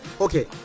Okay